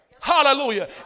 Hallelujah